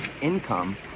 income